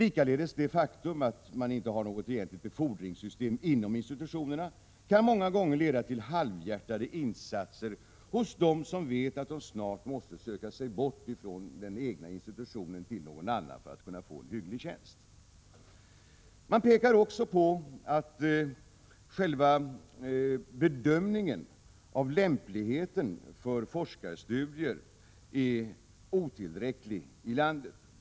Även det faktum att det inte finns något egentligt befordringssystem inom institutionerna kan ofta leda till halvhjärtade insatser hos dem som vet att de snart måste söka sig bort från den egna institutionen till någon annan för att kunna få en hygglig tjänst. Utredarna pekar också på att själva bedömningen av lämpligheten för forskarstudier är otillräcklig här i landet.